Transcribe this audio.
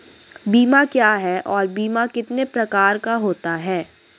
बीमा क्या है और बीमा कितने प्रकार का होता है?